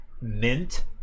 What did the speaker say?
mint